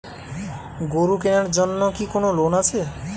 গরু কেনার জন্য কি কোন লোন আছে?